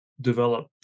develop